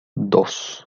dos